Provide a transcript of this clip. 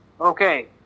Okay